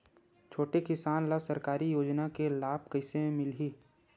छोटे किसान ला सरकारी योजना के लाभ कइसे मिलही?